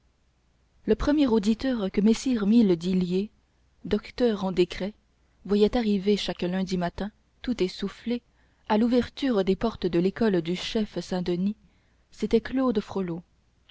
le premier auditeur que messire miles d'isliers docteur en décret voyait arriver chaque lundi matin tout essoufflé à l'ouverture des portes de l'école du chef saint denis c'était claude